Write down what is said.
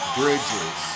bridges